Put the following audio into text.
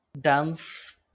dance